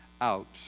out